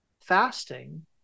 fasting